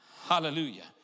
Hallelujah